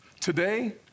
Today